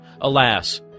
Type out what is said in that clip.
Alas